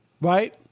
Right